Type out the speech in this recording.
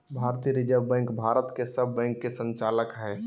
भारतीय reserve bank भारत के सब बैंक के संचालक हइ